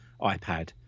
iPad